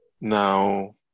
Now